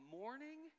morning